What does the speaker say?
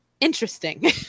Interesting